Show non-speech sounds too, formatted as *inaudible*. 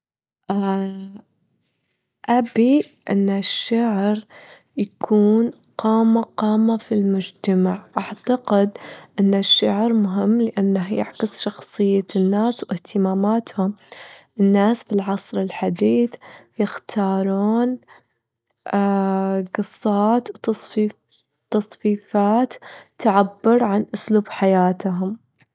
أبي أن الشعر يكون قامة- قامة في المجتمع، أعتقد أن الشعر مهم لأنه يعكس شخصية الناس وأهتمامتهم، الناس في العصر الحديث يختارون جصات تصفيفات- تصفيفات تعبر عن أسلوب حياتهم. *noise*